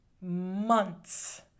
months